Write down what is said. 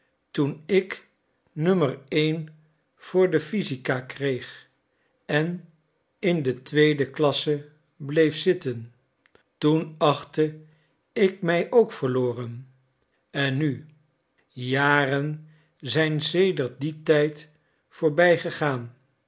toen ik nummer één voor de physica kreeg en in de tweede klasse bleef zitten toen achtte ik mij ook verloren en nu jaren zijn sedert dien tijd